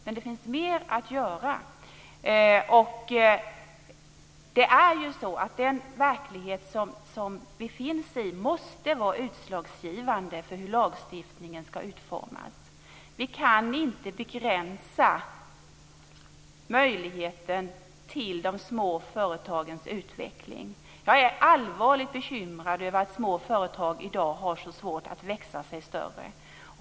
Men det finns mer att göra. Den verklighet som vi finns i måste vara utslagsgivande för hur lagstiftningen ska utformas. Vi kan inte begränsa de små företagens möjlighet till utveckling. Jag är allvarligt bekymrad över att små företag i dag har så svårt att växa sig större.